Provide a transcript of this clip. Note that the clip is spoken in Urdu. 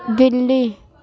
دلی